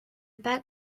pas